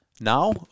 now